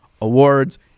awards